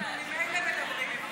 אני חושבת שאנחנו ממילא מדברים עם החמאס.